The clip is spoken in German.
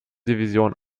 division